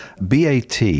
BAT